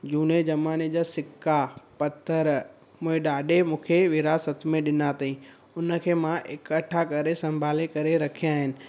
झूने ज़माने जा सिका पथरु मुंहिंजे ॾाॾे मूंखे विरासत में ॾिना अथई हुनखे मां इकट्ठा करे संभाले करे रखिया आहिनि